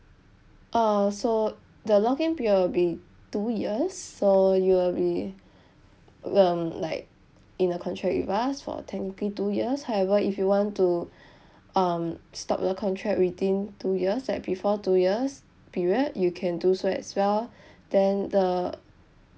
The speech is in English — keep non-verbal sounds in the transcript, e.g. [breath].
ah so the lock in period will be two years so you will be um like in the contract with us for technically two years however if you want to [breath] um stop the contract within two years like before two years period you can do so as well [breath] then the